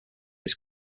its